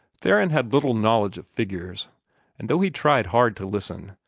theron had little knowledge of figures and though he tried hard to listen,